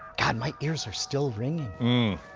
god, my ears are still ringing.